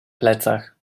plecach